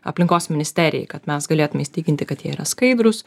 aplinkos ministerijai kad mes galėtume įsitikinti kad jie yra skaidrūs